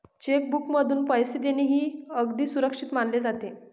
check बुकमधून पैसे देणे हे अगदी सुरक्षित मानले जाते